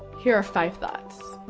here are five thoughts.